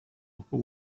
upper